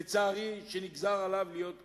לצערי, שנגזר עליו להיות אוטיסט.